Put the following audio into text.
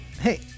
Hey